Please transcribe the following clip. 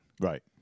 Right